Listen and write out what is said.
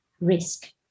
risk